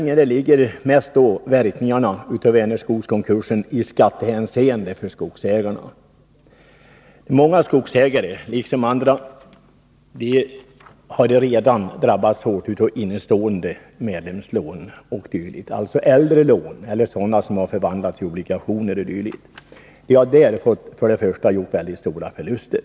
Frågan gäller mest verkningarna i skattehänseende för skogsägarna till följd av Vänerskogskonkursen. Många skogsägare, liksom åtskilliga andra, har redan drabbats hårt på grund av bl.a. innestående medlemslån, dvs. äldre lån eller sådana som har förvandlats till obligationer o. d. Här har det gjorts mycket stora förluster.